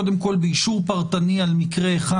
קודם כול באישור פרטני על מקרה אחד,